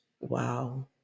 wow